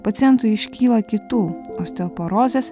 pacientui iškyla kitų osteoporozės